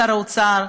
שר האוצר,